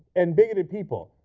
and bigoted people.